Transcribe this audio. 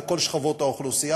לכל שכבות האוכלוסייה.